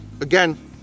Again